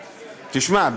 תשמע,